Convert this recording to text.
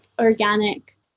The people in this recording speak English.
organic